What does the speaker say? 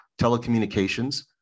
telecommunications